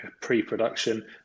pre-production